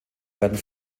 werden